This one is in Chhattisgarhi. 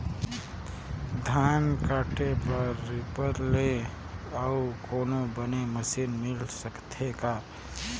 धान काटे बर रीपर ले अउ कोनो बने मशीन मिल सकथे का?